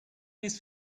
his